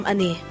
Ani